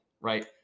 Right